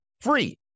Free